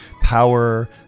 power